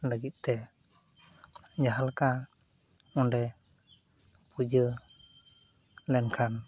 ᱞᱟᱹᱜᱤᱫᱛᱮ ᱡᱟᱦᱟᱸᱞᱮᱠᱟ ᱚᱸᱰᱮ ᱯᱩᱡᱟᱹ ᱞᱮᱱᱠᱷᱟᱱ